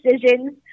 decisions